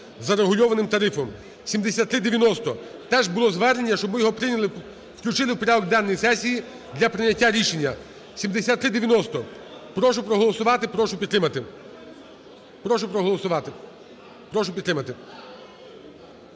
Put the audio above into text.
за регульованим тарифом (7390). Теж було звернення, щоб ми його включили в порядок денний сесії для прийняття рішення. 7390, прошу проголосувати, прошу підтримати. Прошу проголосувати, прошу підтримати